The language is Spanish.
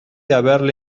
haberle